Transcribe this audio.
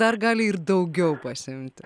dar gali ir daugiau pasiimti